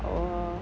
oh